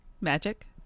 magic